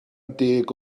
deg